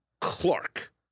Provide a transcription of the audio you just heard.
Clark